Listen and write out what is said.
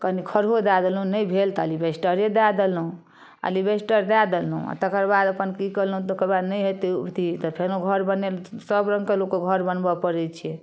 कनी खरो दए देलहुँ नहि भेल तऽ एलिबेस्टरे दए देलहुँ एलिबेस्टर दए देलहुँ आओर तकर आबाद अपन की कयलहुँ तऽ ओकर बाद नहि हेतै अथी तऽ फेनो घर बनेलहुँ सब रङ्गके लोकके घर बनबै पड़ै छै